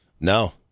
No